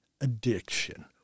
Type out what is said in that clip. addiction